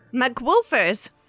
McWolfers